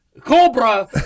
Cobra